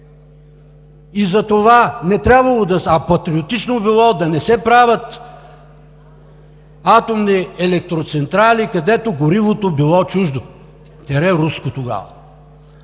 и затова не трябвало да са, а патриотично било да не се правят атомни електроцентрали, където горивото било чуждо, тире – руско, тогава.